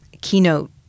keynote